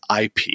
IP